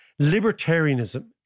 libertarianism